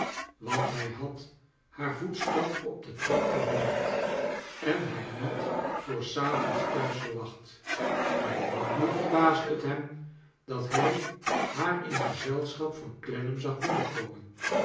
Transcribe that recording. want hij had haar voetstap op de trap gehoord en haar niet voor s avonds thuis ver wacht maar nog meer verbaasde t hem dat hij haar in gezelschap van clennam zag binnenkomen